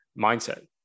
mindset